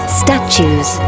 statues